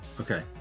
Okay